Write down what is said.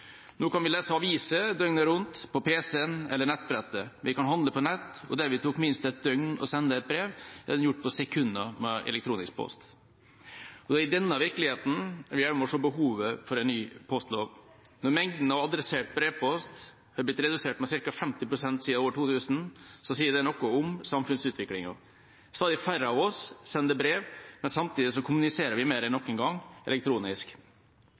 Nå kan vi lese aviser døgnet rundt på pc-en eller på nettbrettet. Vi kan handle på nett. Der det før tok minst et døgn å sende et brev, er det gjort på sekunder med elektronisk post. Det er i denne virkeligheten vi også må se behovet for en ny postlov. Når mengden av adressert brevpost har blitt redusert med ca. 50 pst. siden år 2000, sier det noe om samfunnsutviklinga. Stadig færre av oss sender brev, men samtidig kommuniserer vi mer enn noen gang elektronisk.